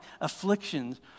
afflictions